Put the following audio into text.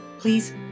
Please